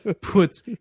puts